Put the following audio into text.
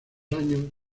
años